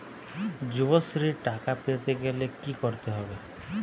যুবশ্রীর টাকা পেতে গেলে কি করতে হবে?